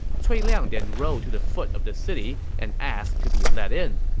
cui liang then rode to the foot of the city and asked to be let in.